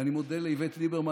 ואני מודה לאיווט ליברמן.